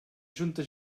junta